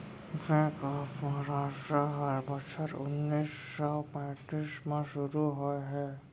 bank of Maharashtra ह बछर उन्नीस सौ पैतीस म सुरू होए हे